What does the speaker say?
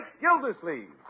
Gildersleeve